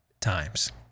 times